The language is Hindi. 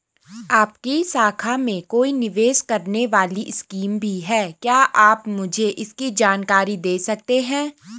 आपकी शाखा में कोई निवेश करने वाली स्कीम भी है क्या आप मुझे इसकी जानकारी दें सकते हैं?